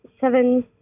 seven